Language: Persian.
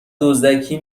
دزدکی